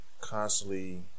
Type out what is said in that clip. constantly